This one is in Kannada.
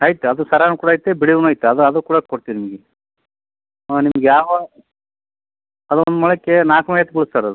ಐತೆ ಅದು ಸರನು ಕೂಡ ಐತೆ ಬಿಡಿ ಹೂವ್ನೂ ಐತೆ ಅದು ಅದು ಕೂಡ ಕೊಡ್ತೀವಿ ನಿಮಗೆ ಹಾಂ ನಿಮಗೆ ಯಾವ ಅದೊಂದು ಮೊಳಕ್ಕೆ ನಾಲ್ಕುನೂರಾ ಐವತ್ತು ಬೀಳುತ್ತೆ ಸರ್ ಅದು